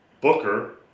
Booker